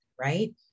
right